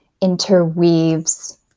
interweaves